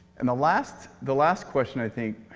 and the last the last question, i think